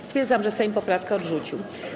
Stwierdzam, że Sejm poprawkę odrzucił.